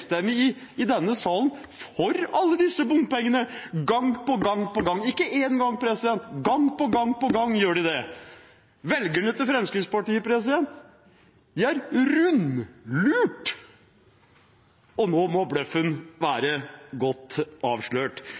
salen enstemmig for alle disse bompengene gang på gang på gang? Ikke én gang – de gjør det gang på gang på gang. Fremskrittspartiets velgere er rundlurt, og nå må bløffen være godt avslørt.